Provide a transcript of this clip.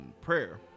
prayer